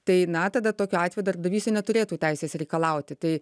tai na tada tokiu atveju darbdavys i neturėtų teisės reikalauti tai